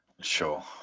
Sure